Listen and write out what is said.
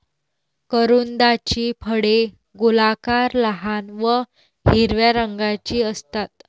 करोंदाची फळे गोलाकार, लहान व हिरव्या रंगाची असतात